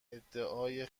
ادعای